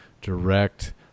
direct